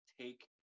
take